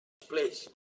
place